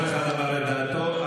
כל אחד אמר את דעתו.